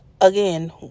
again